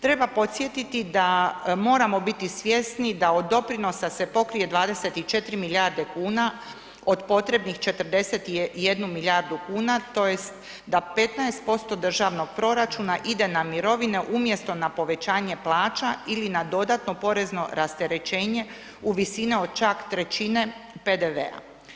Treba podsjetiti da, moramo biti svjesni da od doprinosa se pokrije 24 milijarde kuna od potrebnih 41 milijardu kuna, tj. da 15% državnog proračuna ide na mirovine umjesto na povećanja plaća ili na dodatno porezno rasterećenje u visini od čak trećine PDV-a.